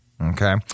Okay